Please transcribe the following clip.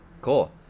Cool